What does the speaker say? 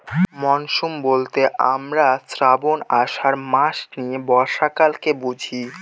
monsoon বলতে আমরা শ্রাবন, আষাঢ় মাস নিয়ে বর্ষাকালকে বুঝি